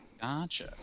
Gotcha